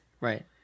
Right